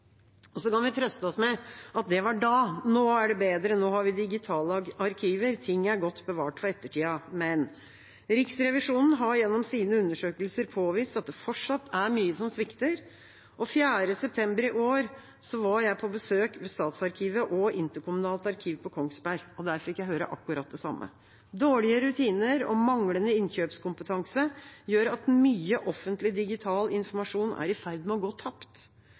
Så kan vi trøste oss med at det var da. Nå er det bedre. Nå har vi digitale arkiver. Ting er godt bevart for ettertida. Men Riksrevisjonen har gjennom sine undersøkelser påvist at det fortsatt er mye som svikter. Den 4. september i år var jeg på besøk hos Statsarkivet og Interkommunalt arkiv på Kongsberg. Der fikk jeg høre akkurat det samme. Dårlige rutiner og manglende innkjøpskompetanse gjør at mye offentlig digital informasjon er i ferd med å gå tapt.